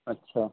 अच्छा